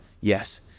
yes